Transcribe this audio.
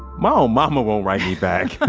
my own mama won't write me back.